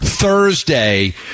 Thursday